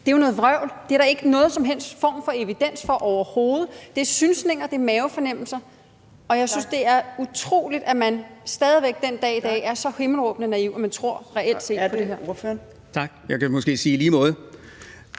Det er jo noget vrøvl. Det er der overhovedet ikke nogen som helst form for evidens for. Det er synsninger, og det er mavefornemmelser, og jeg synes, det er utroligt, at man stadig væk den dag i dag er så himmelråbende naiv, at man tror på alt det her. Kl. 13:20 Fjerde næstformand